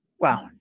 Wow